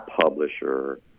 publisher